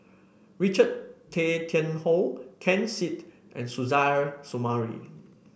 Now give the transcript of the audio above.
Richard Tay Tian Hoe Ken Seet and Suzairhe Sumari